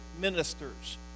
ministers